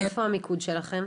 איפה המיקוד שלכם?